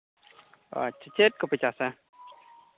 ᱟᱪᱪᱷᱟ ᱪᱮᱫ ᱠᱚᱯᱮ ᱪᱟᱥᱟ